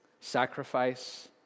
Sacrifice